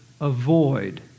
avoid